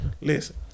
Listen